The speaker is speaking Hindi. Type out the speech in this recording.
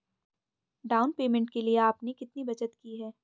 डाउन पेमेंट के लिए आपने कितनी बचत की है?